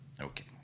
Okay